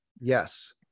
yes